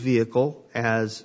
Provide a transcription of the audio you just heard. vehicle as